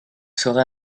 serez